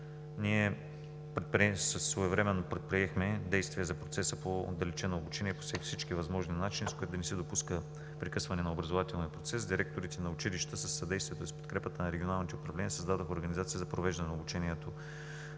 Ние своевременно предприехме действия за процеса по отдалечено обучение по всички възможни начини, с което да не се допуска прекъсване на образователния процес. Директорите на училища със съдействието и подкрепата на регионалните управления създадоха организация за провеждане на обучението